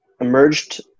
emerged